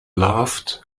laughed